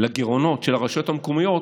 לגירעונות של הרשויות המקומיות,